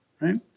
right